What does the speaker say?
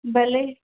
भले